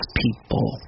people